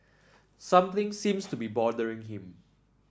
something seems to be bothering him